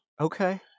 Okay